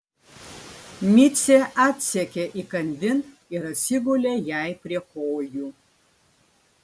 micė atsekė įkandin ir atsigulė jai prie kojų